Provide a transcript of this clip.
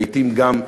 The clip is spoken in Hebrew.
לעתים גם לנו.